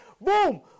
boom